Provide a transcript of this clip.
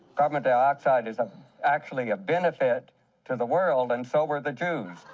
carbon dioxide is ah actually a benefit to the world and so were the jews.